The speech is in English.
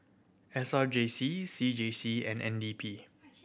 S R J C C J C and N D P